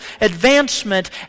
advancement